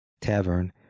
tavern